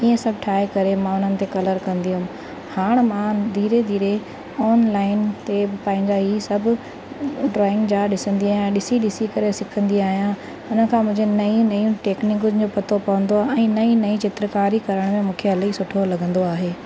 ईअं सभु ठाहे करे मां हुननि ते कलर कंदी हुअमि हाणे मां धीरे धीरे ऑनलाइन ते पंहिंजा हीअ सभु ड्रॉइंग जा ॾिसंदी आहियां ॾिसी ॾिसी करे सिखंदी आहियां उन खां मूंखे नयूं नयूं टेक्निकुनि जो पतो पवंदो ऐं नईं नईं चित्रकारी करण जो मूंखे इलाही सुठो लॻंदो आहे